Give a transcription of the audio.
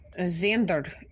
Xander